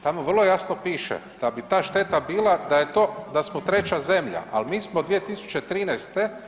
Tamo vrlo jasno piše da bi ta šteta bila da je to, da smo 3. zemlja, ali mi smo 2013.